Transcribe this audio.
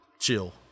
chill